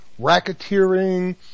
racketeering